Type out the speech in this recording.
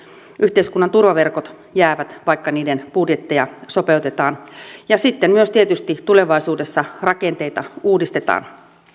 yhteiskunnan turvaverkot jäävät vaikka niiden budjetteja sopeutetaan sitten myös tietysti tulevaisuudessa rakenteita uudistetaan